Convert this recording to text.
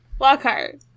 Lockhart